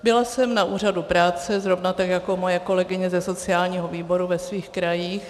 Byla jsem na úřadu práce, zrovna tak jako moje kolegyně ze sociálního výboru ve svém kraji.